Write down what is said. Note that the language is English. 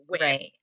right